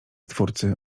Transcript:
twórcy